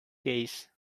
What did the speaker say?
case